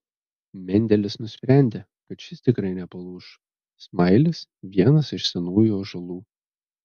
mendelis nusprendė kad šis tikrai nepalūš smailis vienas iš senųjų ąžuolų